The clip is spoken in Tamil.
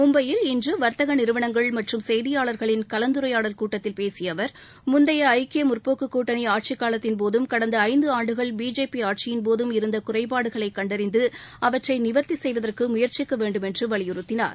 மும்பையில் இன்று வாத்தக நிறுவனங்கள் மற்றும் செய்தியாளா்களின் கலந்துரையாடல் கூட்டத்தில் பேசிய அவர் முந்தைய ஐக்கிய முற்போக்குக் கூட்டணி ஆட்சிக் காலத்தின்போதும் கடந்த ஐந்து ஆண்டுகள் பிஜேபி ஆட்சியின்போதும் இருந்த குறைபாடுகளை கண்டறிந்து அவற்றை நிவா்த்தி செய்வதற்கு முயற்சிக்க வேண்டுமென்று வலியுறுத்தினார்